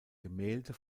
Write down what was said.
gemälde